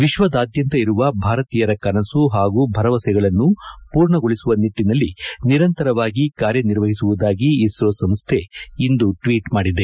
ವಿಶ್ವದಾದ್ಯಂತ ಇರುವ ಭಾರತೀಯರ ಕನಸು ಹಾಗೂ ಭರವಸೆಗಳನ್ನು ಪೂರ್ಣಗೊಳಿಸುವ ನಿಟ್ಟಿನಲ್ಲಿ ನಿರಂತರವಾಗಿ ಕಾರ್ಯನಿರ್ವಹಿಸುವುದಾಗಿ ಇಸ್ರೋ ಸಂಸ್ದೆ ಇಂದು ಟ್ವೀಟ್ ಮಾಡಿದೆ